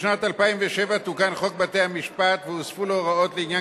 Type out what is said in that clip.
בשנת 2007 תוקן חוק בתי-המשפט והוספו לו הוראות לעניין